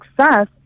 success